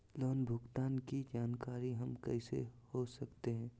Loan भुगतान की जानकारी हम कैसे हो सकते हैं?